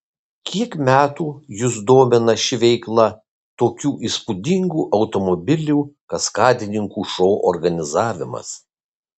kiek metų jus domina ši veikla tokių įspūdingų automobilių kaskadininkų šou organizavimas